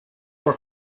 for